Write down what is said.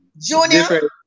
Junior